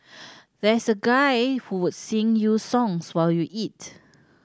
there's a guy who would sing you songs while you eat